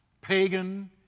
pagan